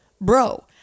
Bro